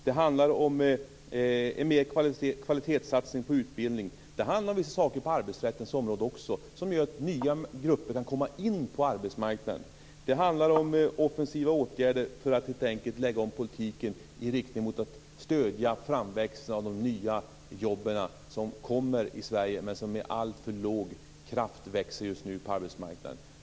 Det handlar om kvalitetssatsning i utbildningen. Det handlar också om vissa saker på arbetsrättens område som gör att nya grupper kan komma in på arbetsmarknaden. Det handlar om offensiva åtgärder för att helt enkelt lägga om politiken i riktning mot att stödja framväxten av de nya jobb som kommer i Sverige men som just nu växer på arbetsmarknaden med alltför låg kraft.